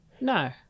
No